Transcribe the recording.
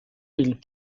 ils